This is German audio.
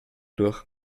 durch